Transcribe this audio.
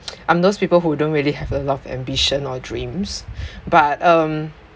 I'm those people who don't really have a lot of ambition or dreams but um